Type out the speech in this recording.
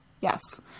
Yes